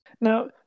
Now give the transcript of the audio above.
now